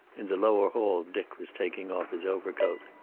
in the lower hall dick was taking off his overcoat.